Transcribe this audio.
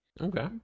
Okay